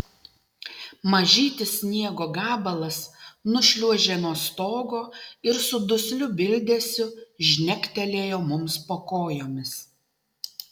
mažytis sniego gabalas nušliuožė nuo stogo ir su dusliu bildesiu žnektelėjo mums po kojomis